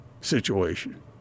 situation